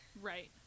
Right